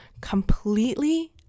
completely